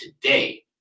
today